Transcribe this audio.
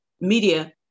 media